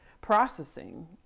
processing